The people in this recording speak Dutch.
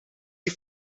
die